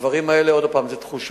הדברים האלה הם תחושות,